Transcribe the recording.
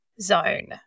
zone